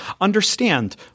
Understand